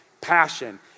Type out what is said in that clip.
Passion